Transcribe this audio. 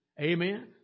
Amen